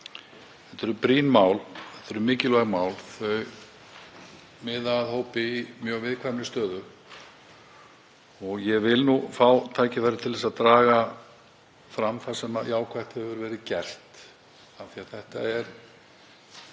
þetta eru brýn mál, þetta eru mikilvæg mál og þau miða að hópi í mjög viðkvæmri stöðu. Ég vil nú fá tækifæri til að draga fram það sem vel hefur verið gert af því að það